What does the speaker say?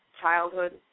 childhood